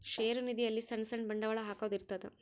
ಷೇರು ನಿಧಿ ಅಲ್ಲಿ ಸಣ್ ಸಣ್ ಬಂಡವಾಳ ಹಾಕೊದ್ ಇರ್ತದ